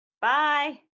bye